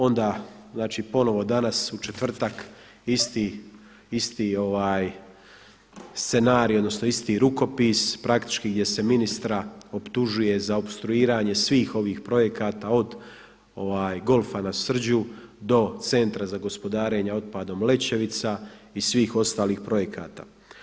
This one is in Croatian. Onda, znači ponovo danas u četvrtak isti scenarij, odnosno isti rukopis, praktički gdje se ministra optužuje za opstruiranje svih ovih projekata od golfa na Srđu, do Centra za gospodarenje otpadom Lećevica i svih ostalih projekata.